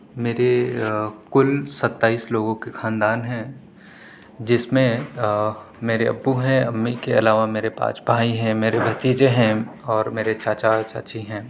میری کل ستائیس لوگوں کی خاندان ہے جس میں میرے ابّو ہیں امی کے علاوہ میرے پانچ بھائی ہیں میرے بھتیجے ہیں اور میرے چاچا اور چاچی ہیں